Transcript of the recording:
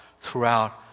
throughout